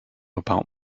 about